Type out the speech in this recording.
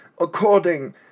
according